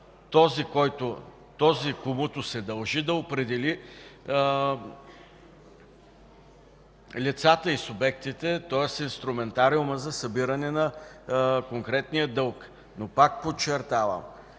този, комуто се дължи, да определи лицата и субектите, тоест инструментариума за събиране на конкретния дълг. Но пак подчертавам,